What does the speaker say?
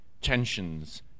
tensions